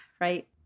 right